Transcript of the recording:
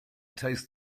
tastes